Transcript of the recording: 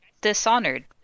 Dishonored